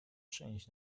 czynić